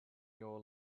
your